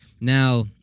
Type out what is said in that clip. Now